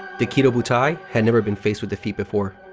the kido butai had never been faced with defeat before.